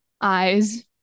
eyes